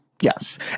Yes